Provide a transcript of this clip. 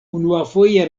unuafoje